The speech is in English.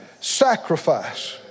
sacrifice